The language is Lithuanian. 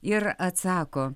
ir atsako